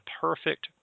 perfect